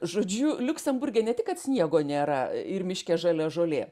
žodžiu liuksemburge ne tik kad sniego nėra ir miške žalia žolė